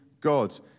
God